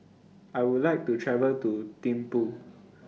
I Would like to travel to Thimphu